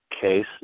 case